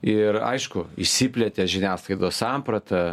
ir aišku išsiplėtė žiniasklaidos samprata